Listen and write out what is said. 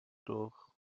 durch